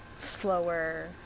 slower